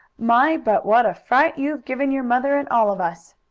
my, but what a fright you've given your mother and all of us!